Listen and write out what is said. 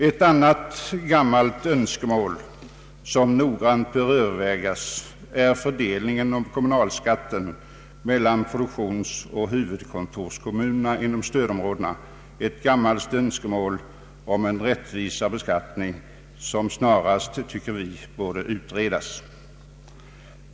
Ett annat gammalt önskemål som noggrant bör övervägas är fördelningen av kommunalskatten mellan produktionsoch huvudkontorskommuner inom stödområdena, ett gammalt önskemål om en rättvisare beskattning som snarast, tycker vi, bör tillgodoses.